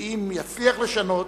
ואם יצליח לשנות,